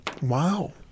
Wow